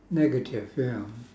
negative ya